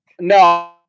No